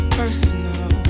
personal